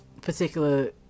particular